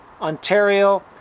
Ontario